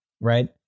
right